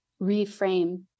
reframe